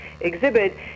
exhibit